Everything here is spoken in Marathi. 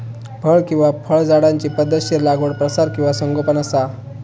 फळ किंवा फळझाडांची पध्दतशीर लागवड प्रसार किंवा संगोपन असा